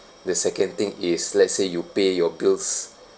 the second thing is let's say you pay your bills